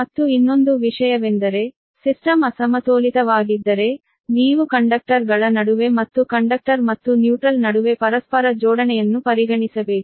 ಮತ್ತು ಇನ್ನೊಂದು ವಿಷಯವೆಂದರೆ ಸಿಸ್ಟಮ್ ಅಸಮತೋಲಿತವಾಗಿದ್ದರೆ ನೀವು ಕಂಡಕ್ಟರ್ ಗಳ ನಡುವೆ ಮತ್ತು ಕಂಡಕ್ಟರ್ ಮತ್ತು ನ್ಯೂಟ್ರಲ್ ನಡುವೆ ಪರಸ್ಪರ ಜೋಡಣೆಯನ್ನು ಪರಿಗಣಿಸಬೇಕು